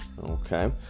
Okay